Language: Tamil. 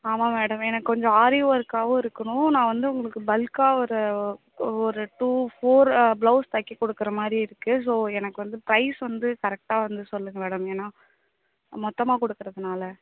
ஆமாம் மேடம் எனக் கொஞ்சம் ஆரி ஒர்க்காவும் இருக்கணும் நான் வந்து உங்களுக்கு பல்க்காக ஒரு ஒரு டூ ஃபோர் ப்ளௌஸ் தைக்க கொடுக்கற மாதிரி இருக்கு ஸோ எனக்கு வந்து ப்ரைஸ் வந்து கரெக்ட்டாக வந்து சொல்லுங்கள் மேடம் ஏன்னா மொத்தமாக கொடுக்கறதுனால